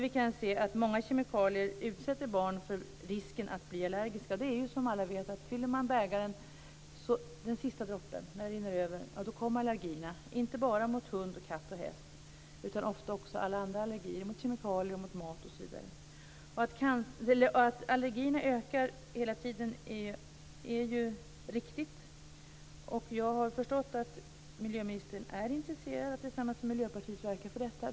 Vi kan se att många kemikalier utsätter barn för risken att bli allergiska. Allergierna kommer, som alla vet, när den sista droppen får bägaren att rinna över. Det är inte bara allergier mot hund, katt och häst utan ofta också andra allergier, mot kemikalier, mat osv. Att allergierna hela tiden ökar är riktigt. Jag har förstått att miljöministern är intresserad av att tillsammans med Miljöpartiet verka mot detta.